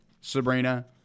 Sabrina